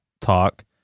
talk